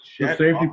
safety